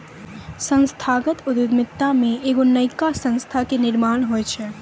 संस्थागत उद्यमिता मे एगो नयका संस्था के निर्माण होय छै